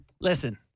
Listen